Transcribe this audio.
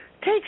Take